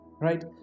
right